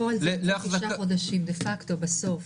בפועל זה יוצא תשעה חודשים, דה פקטו בסוף.